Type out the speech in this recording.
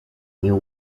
new